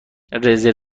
رزرو